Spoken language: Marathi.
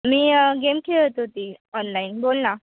नाही गेम खेळत होती ऑनलाईन बोल ना